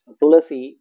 tulasi